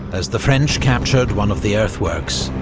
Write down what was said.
as the french captured one of the earthworks,